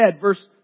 Verse